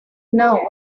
know